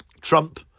Trump